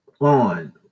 on